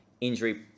injury